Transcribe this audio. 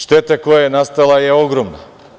Šteta koja je nastala je ogromna.